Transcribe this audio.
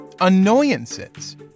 Annoyances